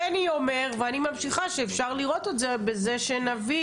בני אומר ואני ממשיכה שאפשר לראות את זה בזה שנביא